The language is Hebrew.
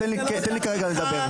תן לי כרגע לדבר.